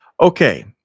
Okay